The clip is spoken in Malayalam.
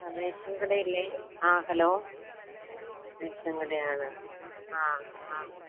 ആ റേഷൻ കടയല്ലേ ആ ഹലോ റേഷൻ കടയാണ് ആ അ